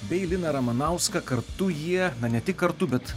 bei liną ramanauską kartu jie ne tik kartu bet